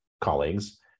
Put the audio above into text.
colleagues